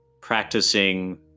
practicing